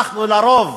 אנחנו לרוב